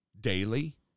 daily